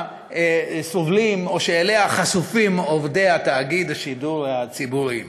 סובלים או שלה חשופים עובדי תאגיד השידור הציבורי.